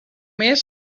més